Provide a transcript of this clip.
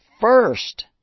first